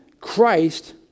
Christ